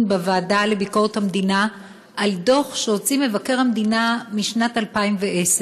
בוועדה לביקורת המדינה על דוח שהוציא מבקר המדינה בשנת 2010,